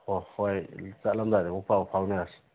ꯍꯣꯏ ꯍꯣꯏ ꯆꯠꯂꯝꯗꯥꯏꯗ ꯑꯃꯨꯛ ꯄꯥꯎ ꯐꯥꯎꯅꯔꯁꯤ